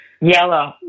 Yellow